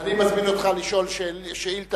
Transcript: אני מזמין אותך לשאול שאילתא,